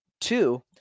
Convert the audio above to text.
Two